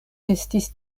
estis